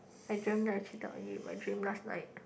I dreamt that I cheated on you in my dream last night